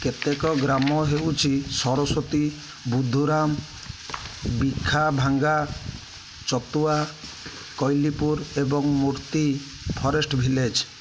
କେତେକ ଗ୍ରାମ ହେଉଛି ସରସ୍ୱତୀ ବୁଧୁରାମ ବିଖାଭାଙ୍ଗା ଚତୁଆ କୈଲିପୁର ଏବଂ ମୂର୍ତ୍ତି ଫରେଷ୍ଟ୍ ଭିଲେଜ୍